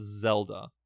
Zelda